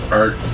art